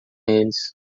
eles